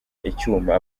icyuma